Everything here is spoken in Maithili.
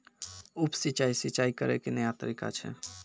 उप सिंचाई, सिंचाई करै के नया तरीका छै